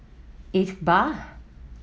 Iqbal